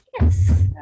Yes